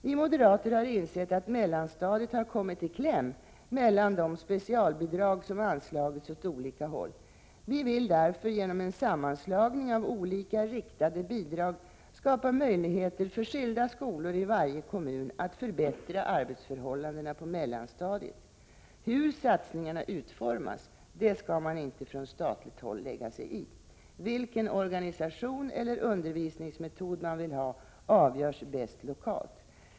Vi moderater har insett att mellanstadiet har kommit i kläm mellan de specialbidrag som anslagits åt olika håll. Vi vill därför genom en sammanslagning av olika riktade bidrag skapa möjligheter för skilda skolor i varje kommun att förbättra arbetsförhållandena på mellanstadiet. Hur satsningarna utformas skall man från statligt håll inte lägga sig i. Vilken organisation eller undervisningsmetod man vill ha avgörs bäst lokalt.